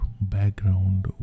background